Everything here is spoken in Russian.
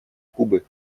кубы